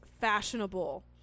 fashionable